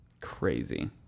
Crazy